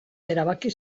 erabaki